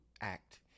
act